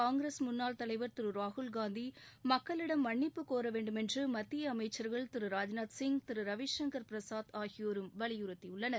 காங்கிரஸ் முன்னாள் தலைவர் திரு ராகுல்காந்தி மக்களிடம் மன்னிப்பு கோர வேண்டுமென்று மத்திய அமைச்சள்கள் திரு ராஜ்நாத்சிங் திரு ரவிசங்கள் பிரசாத் ஆகியோரும் வலியுறுத்தியுள்ளனர்